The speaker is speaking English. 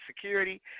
security